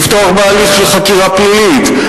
לפתוח בהליך של חקירה פלילית,